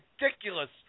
ridiculous